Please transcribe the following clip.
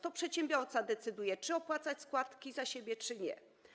To przedsiębiorca decyduje, czy opłacać składki za siebie, czy nie.